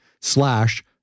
slash